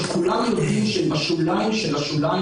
שכולם יודעים שהן בשוליים של השוליים